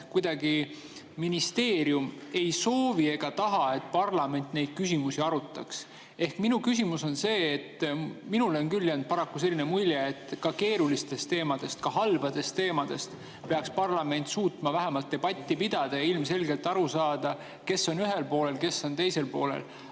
kuidagi ministeerium ei soovi, et parlament neid küsimusi arutaks? Minu küsimus ongi see. Minule on jäänud selline mulje, et ka keerulistest teemadest, ka halbadest teemadest peaks parlament suutma vähemalt debatti pidada, et selgelt oleks aru saada, kes on ühel poolel, kes on teisel poolel.